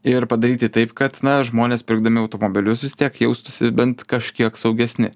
ir padaryti taip kad žmonės pirkdami automobilius vis tiek jaustųsi bent kažkiek saugesni